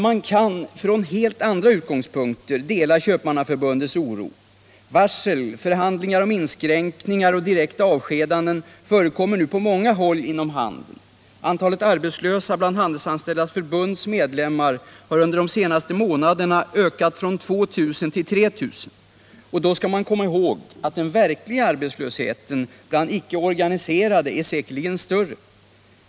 Man kan från helt andra utgångspunkter dela Köpmannaförbundets oro. Varsel, förhandlingar om inskränkningar och direkta avskedanden förekommer nu på många håll inom handeln. Antalet arbetslösa bland Handelsanställdas förbunds medlemmar har under de senaste månaderna ökat från 2000 till 3 000. Då skall man komma ihåg att den verkliga arbetslösheten bland icke-organiserade säkerligen är större.